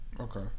Okay